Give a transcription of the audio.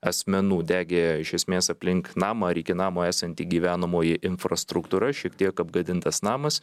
asmenų degė iš esmės aplink namą ar iki namo esanti gyvenamoji infrastruktūra šiek tiek apgadintas namas